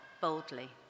boldly